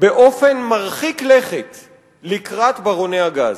באופן מרחיק לכת לקראת ברוני הגז.